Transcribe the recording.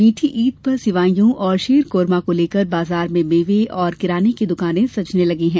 मीठी ईद पर सिवाईयों और शीरकोरमा को लेकर बाजार में मेवे और किराने की दुकान सजने लगी है